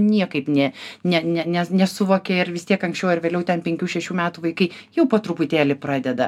niekaip ne ne ne ne nesuvokia ir vis tiek anksčiau ar vėliau ten penkių šešių metų vaikai jau po truputėlį pradeda